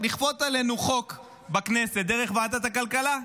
לכפות עלינו חוק בכנסת דרך ועדת הכלכלה.